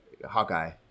Hawkeye